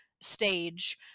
stage